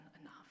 enough